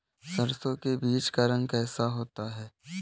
सरसों के बीज का रंग कैसा होता है?